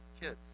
kids